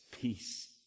peace